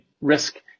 risk